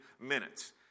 minutes